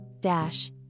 dash